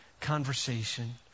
conversation